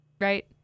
Right